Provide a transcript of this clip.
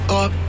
up